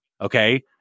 Okay